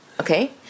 Okay